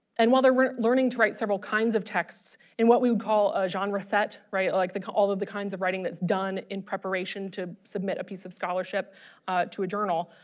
and while they're learning to write several kinds of texts in what we would call a genre set right like they call all of the kinds of writing that's done in preparation to submit a piece of scholarship to a journal,